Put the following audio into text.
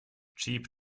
cheap